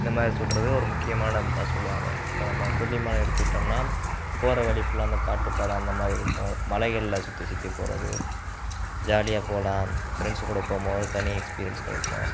இந்த மாதிரி சொல்கிறது ஒரு முக்கியமானம் ஆ சொல்லுவாங்க இப்போ நம்ம கொல்லிமலை எடுத்துக்கிட்டோம்னால் போகிற வழி ஃபுல்லாக அந்த காட்டு பாதை அந்த மாதிரி இருக்கும் மலைகளில் சுற்றி சுற்றி போகிறது ஜாலியாக போகலாம் ஃப்ரெண்ட்ஸு கூட போகும்போது தனி எக்ஸ்பீரியன்ஸ் கிடைக்கும்